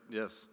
yes